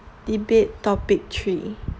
debate topic three